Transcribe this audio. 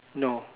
no